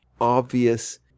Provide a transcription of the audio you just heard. obvious